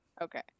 okay